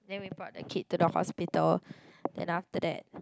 then we brought the kid to the hospital then after that